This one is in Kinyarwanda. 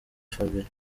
fabien